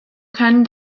können